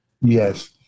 Yes